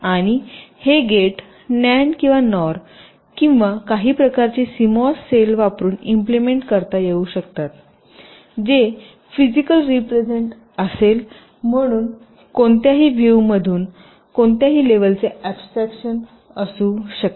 आणि हे gate NAND किंवा NOR किंवा काही प्रकारचे CMOS सेल वापरुन इम्प्लिमेंट करता येऊ शकतात जे फिजिकल रीप्रेझेन्ट असेल म्हणून कोणत्याही व्हिवतून कोणत्याही लेवल चे ऍब्स्ट्रक्शन असू शकते